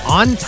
on